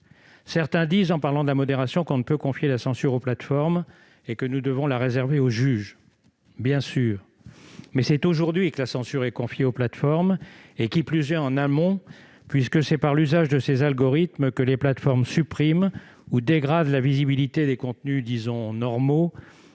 Certains disent, en parlant de la modération, que l'on ne peut confier la censure aux plateformes et que nous devons la réserver au juge. Bien sûr, mais c'est dès aujourd'hui que la censure est confiée aux plateformes, qui plus est en amont, puisque c'est par l'usage de ces algorithmes que les plateformes suppriment ou dégradent la visibilité des contenus, disons, normaux,